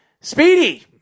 Speedy